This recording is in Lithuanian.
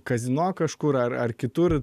kazino kažkur ar ar kitur